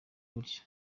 gutyo